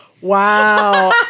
Wow